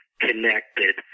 connected